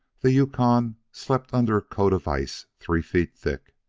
the yukon slept under a coat of ice three feet thick.